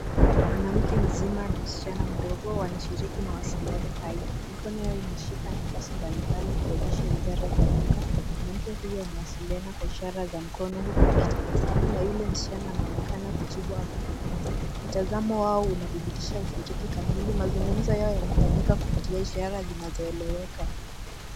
Mwanamke mzima na msichana mdogo wanashiriki mawasiliano hai. Mikono yao inashika nafasi mbalimbali ikionyesha ishara za lugha. Mwanamke huyo anawasiliana kwa ishara za mkono huku akitabasamu, na yule msichana anaonekana kujibu kujifunza. Mtazamo wao unadhibitisha ushiriki kamili, mazungumzo yao yanafanyika kupitia ishara zinazoeleweka.